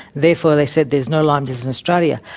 therefore they said there's no lyme disease in australia.